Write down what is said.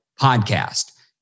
podcast